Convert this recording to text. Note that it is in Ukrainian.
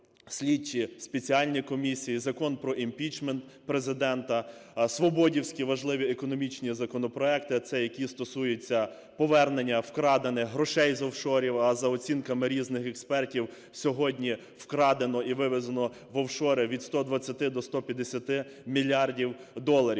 слідчі, спеціальні комісії, Закон про імпічмент Президента, свободівські важливі економічні законопроекти, це які стосуються повернення вкрадених грошей з офшорів. А за оцінками різних експертів сьогодні вкрадено і вивезено в офшори від 120 до 150 мільярдів доларів.